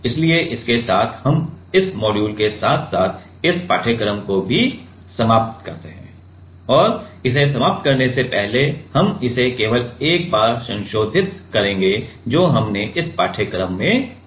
इसलिए इसके साथ हम इस मॉड्यूल के साथ साथ इस पाठ्यक्रम को भी समाप्त करते हैं और इसे समाप्त करने से पहले हम इसे केवल एक बार संशोधित करेंगे जो हमने इस पाठ्यक्रम में सीखा है